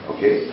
Okay